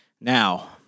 Now